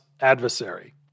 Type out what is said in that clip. adversary